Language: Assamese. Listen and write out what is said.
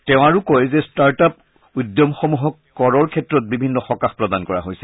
তেওঁ আৰু কয় যে ষ্টাৰ্ট আপ উদ্যমসমূহক কৰৰ ক্ষেত্ৰত বিভিন্ন সকাহ প্ৰদান কৰা হৈছে